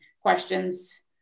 questions